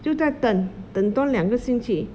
就再等等多两个星期